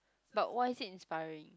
but what is it inspiring